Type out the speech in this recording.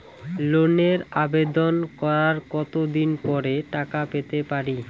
লোনের আবেদন করার কত দিন পরে টাকা পেতে পারি?